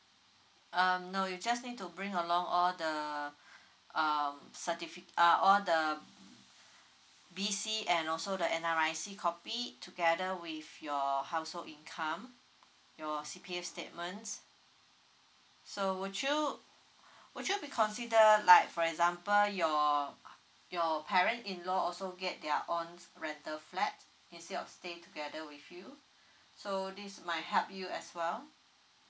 um no you just need to bring along all the um certifi~ uh all the B_C and also the N_R_I_C copy together with your household income your C_P_S statements so would you would you be consider like for example your your parent in law also get their own rental flat instead of stay together with you so this might help you as well